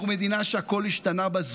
אנחנו מדינה שהכול השתנה בה.